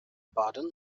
pardon